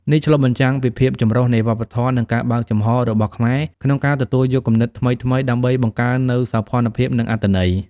នេះឆ្លុះបញ្ចាំងពីភាពចម្រុះនៃវប្បធម៌ និងការបើកចំហររបស់ខ្មែរក្នុងការទទួលយកគំនិតថ្មីៗ ដើម្បីបង្កើននូវសោភ័ណភាព និងអត្ថន័យ។